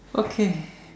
okay